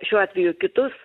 jo šiuo atveju kitus